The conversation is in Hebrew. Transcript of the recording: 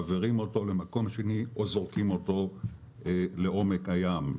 מעבירים אותו למקום שני או זורקים אותו לעומק הים.